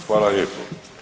Hvala lijepo.